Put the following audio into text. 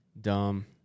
Dumb